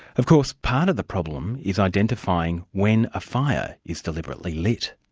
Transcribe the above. of course part of the problem is identifying when a fire is deliberately lit.